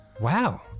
Wow